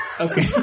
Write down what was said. Okay